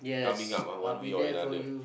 coming up ah one way or another